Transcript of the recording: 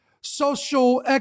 social